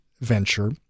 venture